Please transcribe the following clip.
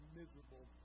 miserable